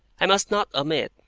i must not omit,